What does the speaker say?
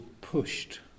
Pushed